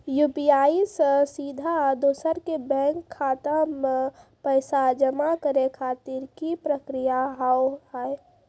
UPI से सीधा दोसर के बैंक खाता मे पैसा जमा करे खातिर की प्रक्रिया हाव हाय?